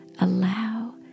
allow